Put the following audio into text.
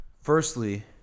Firstly